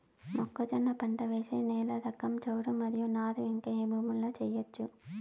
మొక్కజొన్న పంట వేసే నేల రకం చౌడు మరియు నారు ఇంకా ఏ భూముల్లో చేయొచ్చు?